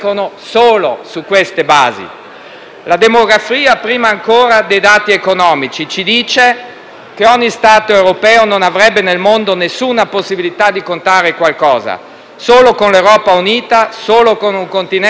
La demografia, prima ancora dei dati economici, ci dice che ogni Stato europeo non avrebbe nel mondo alcuna possibilità di contare qualcosa. Solo con l'Europa unita, solo con un Continente di 500 milioni di persone,